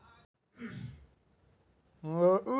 हमरा खाता में लिख दहु की कौन कौन खाद दबे?